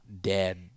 dead